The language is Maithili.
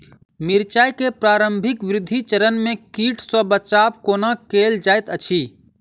मिर्चाय केँ प्रारंभिक वृद्धि चरण मे कीट सँ बचाब कोना कैल जाइत अछि?